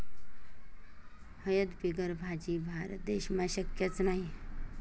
हयद बिगर भाजी? भारत देशमा शक्यच नही